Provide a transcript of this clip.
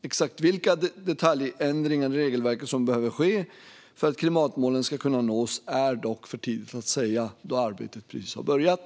Exakt vilka detaljändringar i regelverket som behöver ske för att klimatmålen ska kunna nås är dock för tidigt att säga, då arbetet precis har börjat.